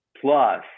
plus